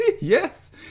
yes